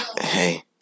Hey